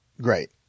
great